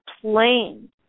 plane